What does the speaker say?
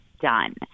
done